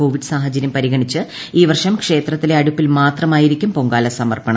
Covid സാഹചരൃം പരിഗണിച്ച് ഈ വർഷം ക്ഷേത്രത്തിലെ അടുപ്പിൽ മാത്രമായിരിക്കും പൊങ്കാല സമർപ്പണം